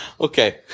Okay